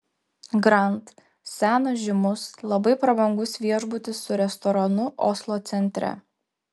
grand senas žymus labai prabangus viešbutis su restoranu oslo centre